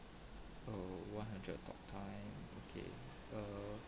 oh one hundred talk time okay err